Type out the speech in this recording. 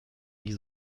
nie